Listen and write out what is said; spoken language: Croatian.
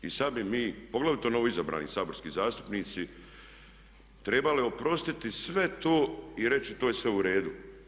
I sada bi mi, poglavito novoizabrani saborski zastupnici trebali oprostiti sve to i reći to je sve u redu.